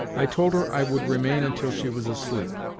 i told her i would remain until she was asleep.